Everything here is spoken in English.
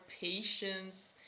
patience